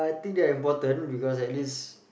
I think they are important because at least